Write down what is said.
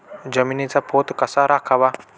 जमिनीचा पोत कसा राखावा?